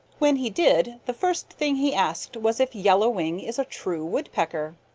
when he did the first thing he asked was if yellow wing is a true woodpecker.